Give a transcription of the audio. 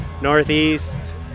Northeast